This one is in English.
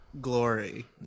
glory